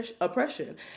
oppression